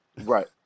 right